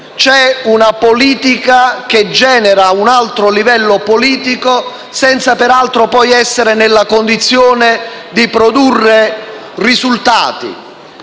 c'è una politica che genera un altro livello politico, senza peraltro essere poi nella condizione di produrre risultati.